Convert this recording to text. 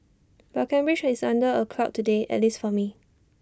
but Cambridge is under A cloud today at least for me